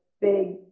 big